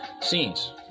scenes